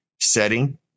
setting